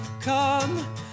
come